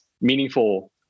meaningful